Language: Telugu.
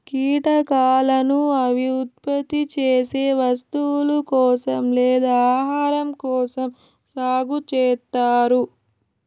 కీటకాలను అవి ఉత్పత్తి చేసే వస్తువుల కోసం లేదా ఆహారం కోసం సాగు చేత్తారు